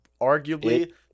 arguably